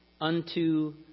unto